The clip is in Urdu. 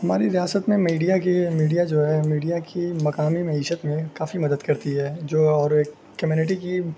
ہماری ریاست میں میڈیا کی میڈیا جو ہے میڈیا کی مقامی معیشت میں کافی مدد کرتی ہے جو اور ایک کمیونٹی کی